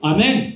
Amen